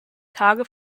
tage